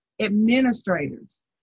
administrators